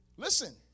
Listen